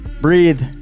breathe